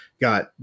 got